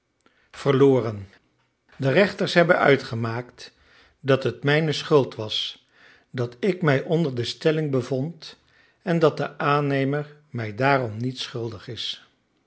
verloren de rechters hebben uitgemaakt dat het mijne schuld was dat ik mij onder de stelling bevond en dat de aannemer mij daarom niets schuldig is